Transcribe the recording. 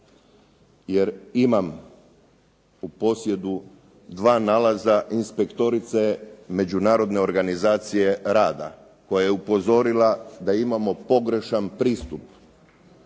Jer imam u posjedu dva nalaza inspektorice Međunarodne organizacije rada koja je upozorila da imamo pogrešan pristup.